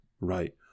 right